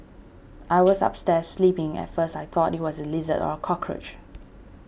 I was upstairs sleeping at first I thought it was a lizard or a cockroach